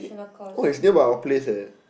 oh it's nearby our place leh